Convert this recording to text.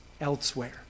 elsewhere